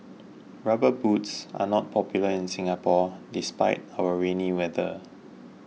rubber boots are not popular in Singapore despite our rainy weather